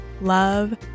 love